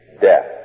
death